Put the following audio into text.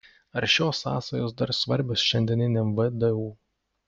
ar šios sąsajos dar svarbios šiandieniniam vdu